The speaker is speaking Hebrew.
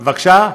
לא.